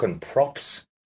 props